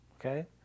okay